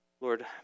Lord